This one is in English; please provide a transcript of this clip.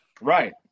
right